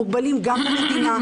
מוגבלים גם למדינה,